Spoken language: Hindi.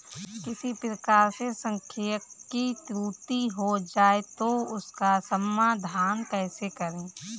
किसी प्रकार से सांख्यिकी त्रुटि हो जाए तो उसका समाधान कैसे करें?